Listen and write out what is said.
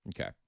Okay